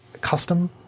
custom